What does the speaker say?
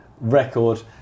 record